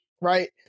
right